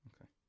Okay